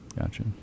gotcha